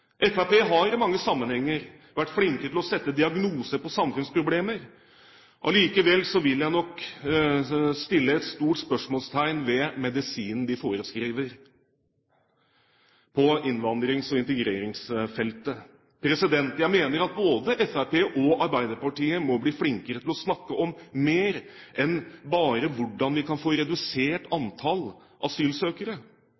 har i mange sammenhenger vært flinke til å sette diagnose på samfunnsproblemer. Allikevel vil jeg nok sette et stort spørsmålstegn ved medisinen de forskriver på innvandrings- og integreringsfeltet. Jeg mener at både Fremskrittspartiet og Arbeiderpartiet må bli flinkere til å snakke om mer enn bare hvordan vi kan få redusert